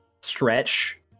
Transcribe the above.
stretch